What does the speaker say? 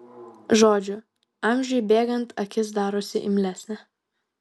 žodžiu amžiui bėgant akis darosi imlesnė